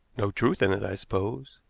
no truth in it, i suppose?